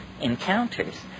encounters